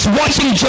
watching